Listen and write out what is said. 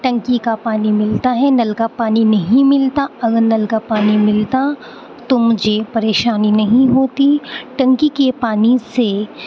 ٹنکی کا پانی ملتا ہے نل کا پانی نہیں ملتا اگر نل کا پانی ملتا تو مجھے پریشانی نہیں ہوتی ٹنکی کے پانی سے